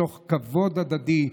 מתוך כבוד הדדי,